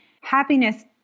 happiness